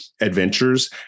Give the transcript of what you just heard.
adventures